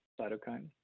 cytokine